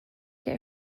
get